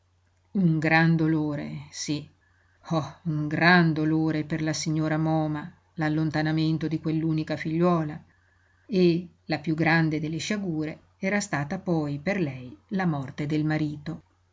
un gran dolore sí oh un gran dolore per la signora moma l'allontanamento di quell'unica figliuola e la piú grande delle sciagure era stata poi per lei la morte del marito